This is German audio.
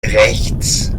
rechts